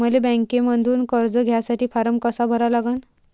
मले बँकेमंधून कर्ज घ्यासाठी फारम कसा भरा लागन?